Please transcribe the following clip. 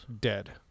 dead